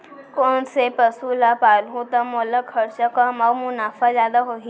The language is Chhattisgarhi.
कोन से पसु ला पालहूँ त मोला खरचा कम अऊ मुनाफा जादा होही?